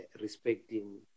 respecting